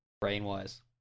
brain-wise